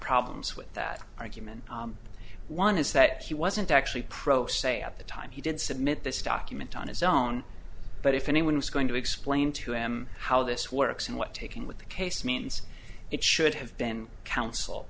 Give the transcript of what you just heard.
problems with that argument one is that he wasn't actually pro se at the time he did submit this document on his own but if anyone is going to explain to him how this works and what taking with the case means it should have been